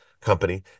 company